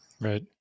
Right